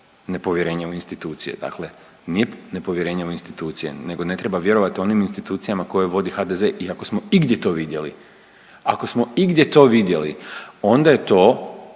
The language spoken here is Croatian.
nepovjerenje u institucije, dakle nije nepovjerenje u institucije nego ne treba vjerovati onim institucijama koje vodi HDZ. I ako smo igdje to vidjeli, ako smo igdje to vidjeli onda je to